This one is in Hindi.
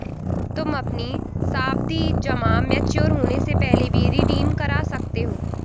तुम अपनी सावधि जमा मैच्योर होने से पहले भी रिडीम करवा सकते हो